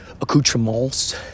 accoutrements